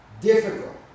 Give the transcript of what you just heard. difficult